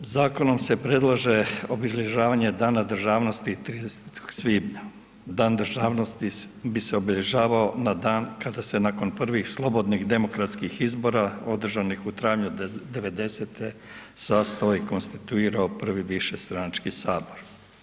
Zakonom se predlaže obilježavanje Dana državnosti 30. svibnja, Dan državnosti bi se obilježavao na dan kada se nakon prvih slobodnih demokratskih izbora održanih u travnju '90.-te sastao i konstituirao prvi višestranački sabor.